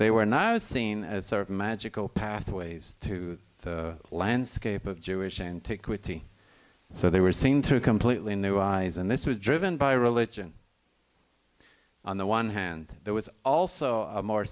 they were now seen as sort of magical pathways to the landscape of jewish antiquity so they were seen through completely new eyes and this was driven by religion on the one hand there was also a more